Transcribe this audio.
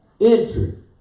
entry